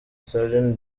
celine